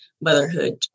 motherhood